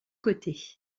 côtés